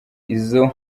izo